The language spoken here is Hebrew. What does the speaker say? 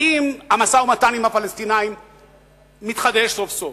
האם המשא-ומתן עם הפלסטינים מתחדש סוף-סוף?